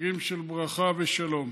חגים של ברכה ושלום.